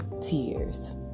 tears